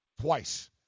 twice